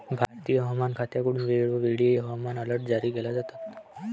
भारतीय हवामान खात्याकडून वेळोवेळी हवामान अलर्ट जारी केले जातात